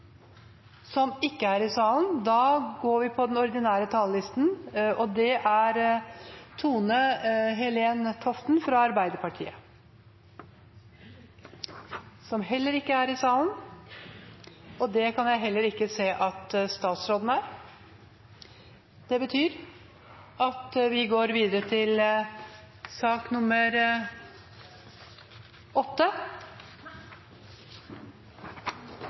er ikke i salen, og da går vi videre på den ordinære talerlisten, og det er Tone-Helen Toften. Hun er heller ikke i salen, og det kan jeg heller ikke se at statsråden er. Det betyr at vi går videre til sak